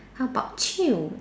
how about you